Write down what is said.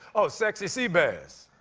oh, sexy sea bass.